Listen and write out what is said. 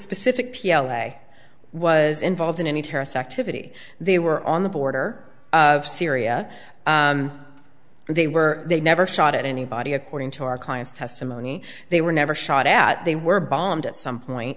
specific p l o i was involved in any terrorist activity they were on the border of syria and they were they never shot at anybody according to our clients testimony they were never shot at they were bombed at some point